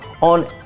on